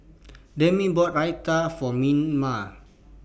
Damien bought Raita For